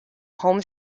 home